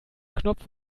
knopf